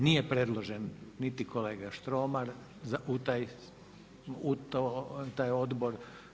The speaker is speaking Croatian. Nije predložen niti kolega Štromar u taj Odbor.